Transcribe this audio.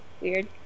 weird